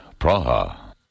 Praha